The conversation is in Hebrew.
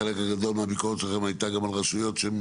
החלק הגדול מהביקורת גם היה על הרשויות,